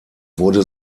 wurde